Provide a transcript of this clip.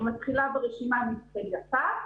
אני מתחילה ברשימה מתחילתה,